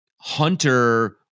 Hunter